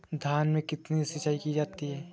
धान में कितनी सिंचाई की जाती है?